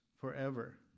forever